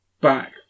back